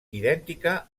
idèntica